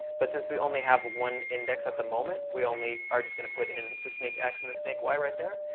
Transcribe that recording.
but since we only have one index at the moment, we only are just going to put in the snakex and the snakey right there.